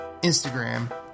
instagram